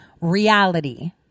reality